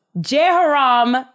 Jehoram